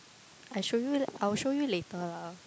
I show you I will show you later lah